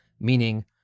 meaning